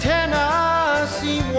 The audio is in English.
Tennessee